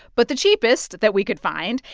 but the cheapest that we could find.